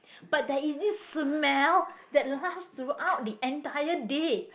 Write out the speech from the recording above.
but there is this smell that lasts throughout the entire day